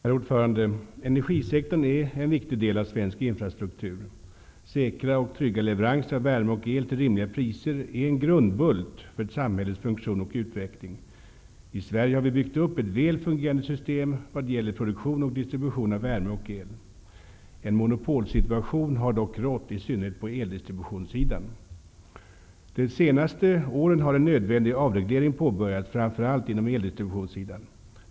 Herr talman! Energisektorn är en viktig del av svensk infrastruktur. Säkra och trygga leveranser av värme och el till rimliga priser är en grundbult för ett samhälles funktion och utveckling. I Sverige har vi byggt upp ett väl fungerande system vad gäller produktion och distribution av värme och el. En monopolsituation har dock rått, i synnerhet på eldistributionssidan. De senaste åren har en nödvändig avreglering påbörjats, framför allt på eldistributionssidan.